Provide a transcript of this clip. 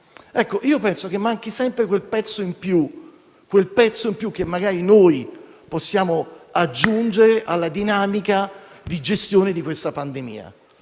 Io penso che manchi sempre quel pezzo in più che magari possiamo aggiungere alla dinamica di gestione di questa pandemia.